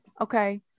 okay